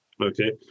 Okay